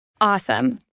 Awesome